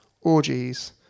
orgies